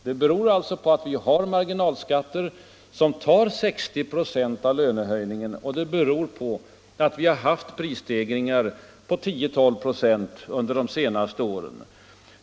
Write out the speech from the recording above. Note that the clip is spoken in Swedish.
Det beror på att vi har marginalskatter som tar 60 26 av lönehöjningen och att vi har haft prisstegringar på 10-12 926 under de senaste åren.